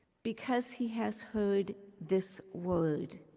because he has heard this word.